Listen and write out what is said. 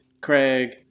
Craig